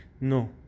No